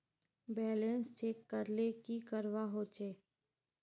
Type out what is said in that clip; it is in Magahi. बैलेंस चेक करले की करवा होचे?